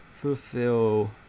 Fulfill